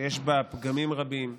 שיש בה פגמים רבים.